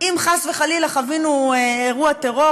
אם חס וחלילה חווינו אירוע טרור,